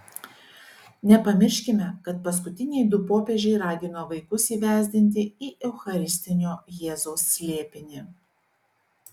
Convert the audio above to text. nepamirškime kad paskutiniai du popiežiai ragino vaikus įvesdinti į eucharistinio jėzaus slėpinį